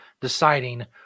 deciding